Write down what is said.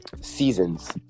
Seasons